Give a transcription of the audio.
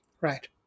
Right